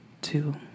two